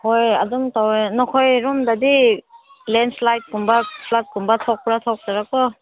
ꯍꯣꯏ ꯑꯗꯨꯝ ꯇꯧꯋꯦ ꯅꯈꯣꯏꯔꯣꯝꯗꯗꯤ ꯂꯦꯟꯁ꯭ꯂꯥꯏꯠꯀꯨꯝꯕ ꯐ꯭ꯂꯠꯀꯨꯝꯕ ꯊꯣꯛꯄ꯭ꯔꯥ ꯊꯣꯛꯇꯔ ꯀꯣ